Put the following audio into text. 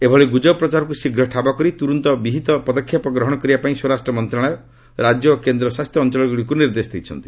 ଏଭଳି ଗୁଜବ ପ୍ରଚାରକୁ ଶୀଘ୍ର ଠାବ କରି ତୁରନ୍ତ ବିହିତ ପଦକ୍ଷେପ ଗ୍ରହଣ କରିବା ପାଇଁ ସ୍ୱରାଷ୍ଟ୍ର ମନ୍ତ୍ରଶାଳୟ ରାଜ୍ୟ ଓ କେନ୍ଦ୍ର ଶାସିତ ଅଞ୍ଚଳଗୁଡ଼ିକୁ ନିର୍ଦ୍ଦେଶ ଦେଇଛନ୍ତି